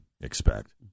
expect